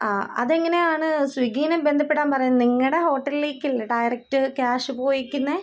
ആ അതെങ്ങനെയാണ് സ്വിഗ്ഗീനെ ബന്ധപ്പെടാന് പറയുക നിങ്ങളുടെ ഹോട്ടലിലേക്കല്ലേ ഡയറക്റ്റ് ക്യാഷ് പോയേക്കുന്നത്